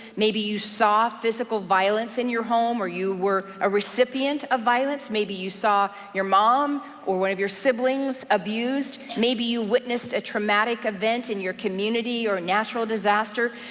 maybe you saw physical violence in your home, or you were a recipient of violence, maybe you saw your mom or one of your siblings abused. maybe you witnessed a traumatic event in your community, or a natural disaster.